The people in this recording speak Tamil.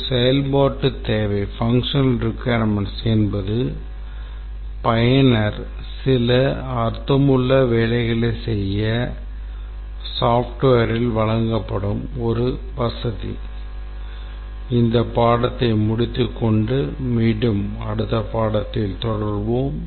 ஒரு செயல்பாட்டுத் தேவை என்பது பயனர் சில அர்த்தமுள்ள வேலைகளைச் செய்ய softwareல் வழங்கப்படும் ஒரு வசதி இந்த பாடத்தை முடித்து கொண்டு மீண்டும் அடுத்த பாடத்தில் தொடர்வோம்